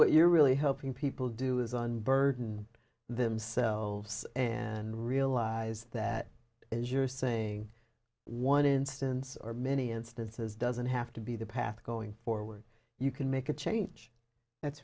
what you're really hoping people do is on burden themselves and realize that as you're saying one instance or many instances doesn't have to be the path going forward you can make a change that's